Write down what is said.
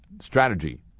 strategy